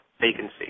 vacancy